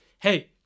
Hey